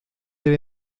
del